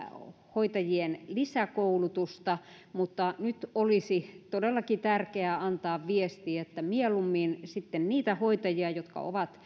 hoitajien lisäkoulutusta mutta nyt olisi todellakin tärkeää antaa viestiä että mieluummin sitten niitä hoitajia jotka ovat